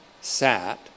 sat